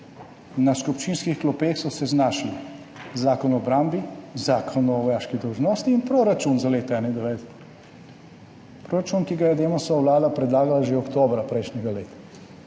Na skupščinskih klopeh so se znašli zakon o obrambi, zakon o vojaški dolžnosti in proračun za leto 1991. Proračun, ki ga je Demosova vlada predlagala že oktobra prejšnjega leta,